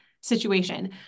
situation